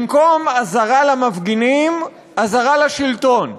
במקום אזהרה למפגינים, אזהרה לשלטון,